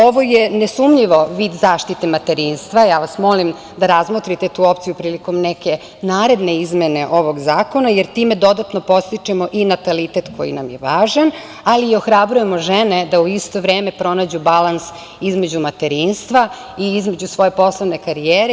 Ovo je nesumnjivo vid zaštite materinstva, molim vas da razmotrite tu opciju prilikom neke naredne izmene ovog zakona, jer time dodatno podstičemo i natalitet koji nam je važan, ali i ohrabrujemo žene da u isto vreme pronađu balans između materinstva i između svoje poslovne karijere.